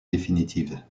définitive